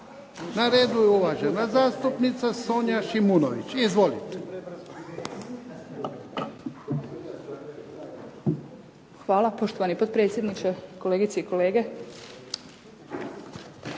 Na redu je uvažena zastupnica Sonja Šimunović. Izvolite. **Šimunović, Sonja (SDP)** Hvala. Poštovani potpredsjedniče, kolegice i kolege.